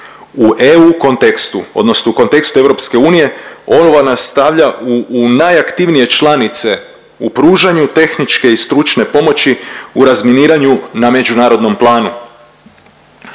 U EU kontekstu odnosno u kontekstu EU ovo nas stavlja u najaktivnije članice u pružanju tehničke i stručne pomoći u razminiranju na međunarodnom planu.